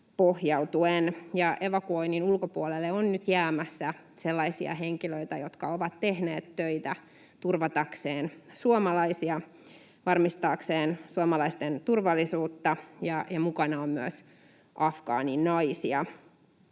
pohjautuen ja evakuoinnin ulkopuolelle on nyt jäämässä sellaisia henkilöitä, jotka ovat tehneet töitä turvatakseen suomalaisia, varmistaakseen suomalaisten turvallisuutta, ja mukana on myös afgaaninaisia?